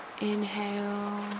inhale